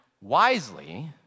wisely